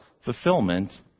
fulfillment